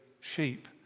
sheep